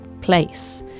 place